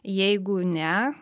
jeigu ne